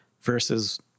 versus